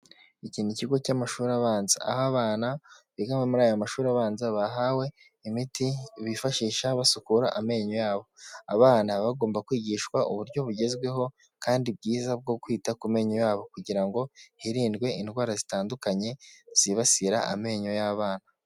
iki ni ikigo cy'amashuri abanza aho abana bigaga muri aya mashuri abanza bahawe imiti bifashisha basukura amenyo yabo. Abana baba bagomba kwigishwa uburyo bugezweho, kandi bwiza bwo kwita ku menyo yabo kugira ngo hirindwe indwara zitandukanye , zibasira amenyo y'abana.